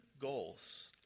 goals